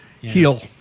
heal